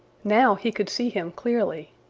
now he could see him clearly.